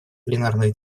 пленарных